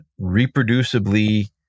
reproducibly